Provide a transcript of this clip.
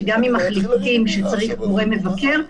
שגם אם מחליטים שצריך גורם מבקר,